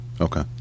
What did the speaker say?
Okay